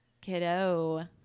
kiddo